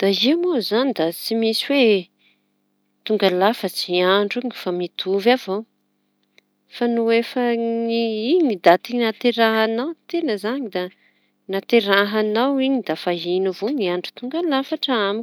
Da io moa izañy da tsy misy hoe tonga lafatsy i andro fa mitovy avao fa no efa ny- iñy daty nahaterañao teña izañy da, nahaterañao iñy da fa iñy avao ny andro tonga lafatra amiko.